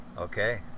okay